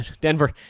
Denver